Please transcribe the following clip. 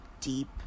deep